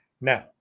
Now